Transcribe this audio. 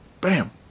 Bam